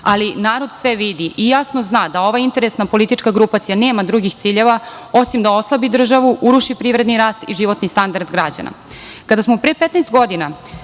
Ali, narod sve vidi i jasno zna da ova interesna politička grupacija nema drugih ciljeva osim da osnaži državu, uruši privredni rast i životni standard građana. Kada